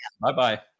Bye-bye